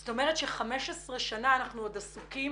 זאת אומרת ש-15 שנים אנחנו עוד עסוקים